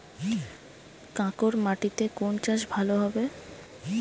কাঁকর মাটিতে কোন চাষ ভালো হবে?